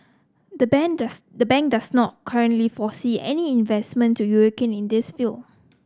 the bank does the bank does not currently foresee any investment to in this field